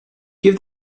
give